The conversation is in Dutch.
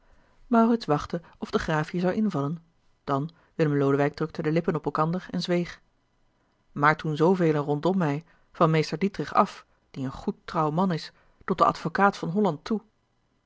maurits wachtte of de graaf hier zou invallen dan willem lodewijk drukte de lippen op elkander en zweeg maar toen zoovelen rondom mij van meester dietrich af die een goed trouw man is tot den advocaat van holland toe